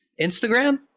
Instagram